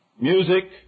music